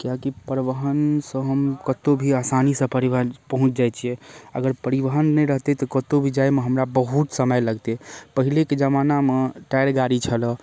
किआकि परिवहनसँ हम कतहुँ भी आसानीसँ पर पहुँच जाइत छियै अगर परिवहन नहि रहतै तऽ कतहुँ भी जाएमे हमरा बहुत समय लगतै पहिलेके जमानामे टाअर गाड़ी छलऽ